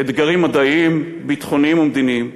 אתגרים מדעיים, ביטחוניים ומדיניים.